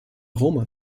roma